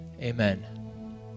Amen